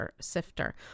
sifter